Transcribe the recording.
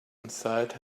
inside